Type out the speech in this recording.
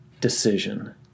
decision